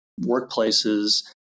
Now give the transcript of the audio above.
workplaces